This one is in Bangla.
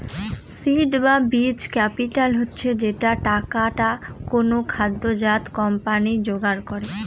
সীড বা বীজ ক্যাপিটাল হচ্ছে যে টাকাটা কোনো সদ্যোজাত কোম্পানি জোগাড় করে